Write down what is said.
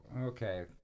okay